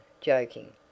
joking